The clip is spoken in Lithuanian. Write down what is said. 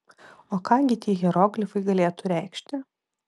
o ką gi tie hieroglifai galėtų reikšti